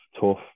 tough